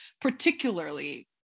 particularly